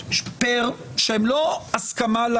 הצעות שהן לא הסכמה.